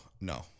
no